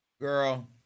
Girl